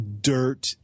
dirt